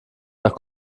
nach